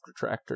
retractor